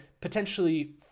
potentially